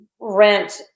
rent